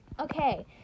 okay